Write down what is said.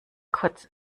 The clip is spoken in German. kurz